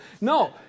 No